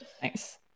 Thanks